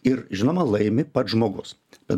ir žinoma laimi pats žmogus bet